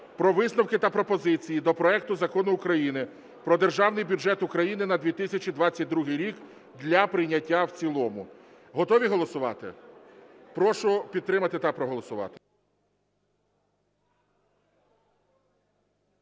про висновки та пропозиції до проекту Закону України про Державний бюджет України на 2022 рік для прийняття в цілому. Готові голосувати? Прошу підтримати та проголосувати.